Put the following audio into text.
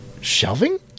shelving